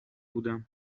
بودم